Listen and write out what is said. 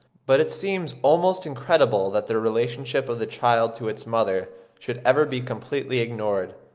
but it seems almost incredible that the relationship of the child to its mother should ever be completely ignored,